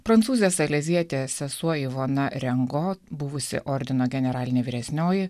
prancūzė salezietė sesuo ivona rengo buvusi ordino generalinė vyresnioji